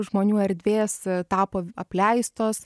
žmonių erdvės tapo apleistos